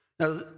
Now